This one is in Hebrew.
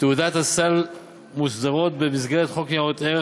תעודות הסל מוסדרות במסגרת חוק ניירות ערך,